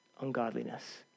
ungodliness